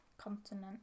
Continent